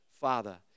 father